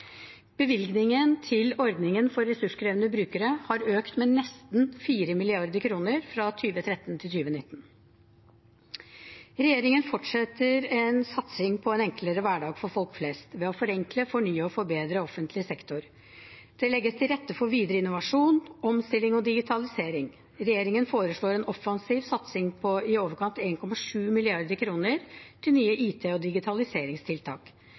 Bevilgningen til ordningen for ressurskrevende brukere har økt med nesten 4 mrd. kr fra 2013 til 2019. Regjeringen fortsetter en satsing på en enklere hverdag for folk flest ved å forenkle, fornye og forbedre offentlig sektor. Det legges til rette for videre innovasjon, omstilling og digitalisering. Regjeringen foreslår en offensiv satsing på i overkant av 1,7 mrd. kr til nye IT- og digitaliseringstiltak.